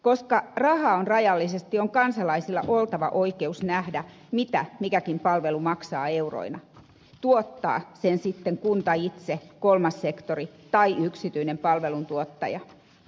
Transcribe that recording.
koska rahaa on rajallisesti on kansalaisilla oltava oikeus nähdä mitä mikäkin palvelu maksaa euroina tuottaa sen sitten kunta itse kolmas sektori tai yksityinen palveluntuottaja